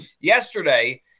Yesterday